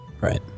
Right